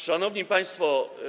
Szanowni Państwo!